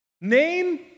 Name